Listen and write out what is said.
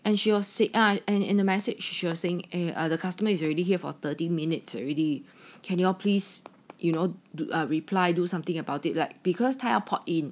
and she was sick I and in a message she was saying another customer is already here for thirty minutes already can you all please you know do a reply do something about it like because 他要 port in